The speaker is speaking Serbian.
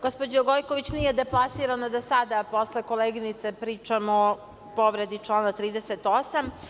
Gospođo Gojković, nije deplasirano da sada, posle koleginice, pričamo o povredi člana 38.